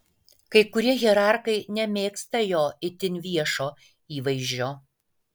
kai kurie hierarchai nemėgsta jo itin viešo įvaizdžio